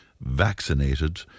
vaccinated